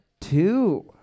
Two